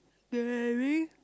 very